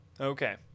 Okay